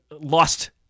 lost